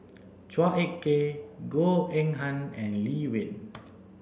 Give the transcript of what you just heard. Chua Ek Kay Goh Eng Han and Lee Wen